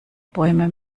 bäume